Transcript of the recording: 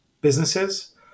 businesses